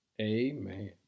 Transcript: amen